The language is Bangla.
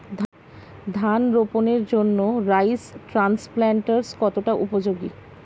ধান রোপণের জন্য রাইস ট্রান্সপ্লান্টারস্ কতটা উপযোগী?